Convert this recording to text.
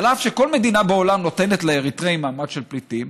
אף שכל מדינה בעולם נותנת לאריתריאים מעמד של פליטים